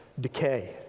decay